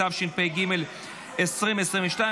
התשפ"ג 2022,